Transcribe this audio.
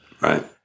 right